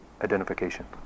identification